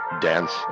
dance